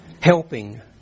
Helping